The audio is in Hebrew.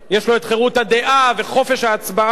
יש לו חירות הדעה וחופש ההצבעה,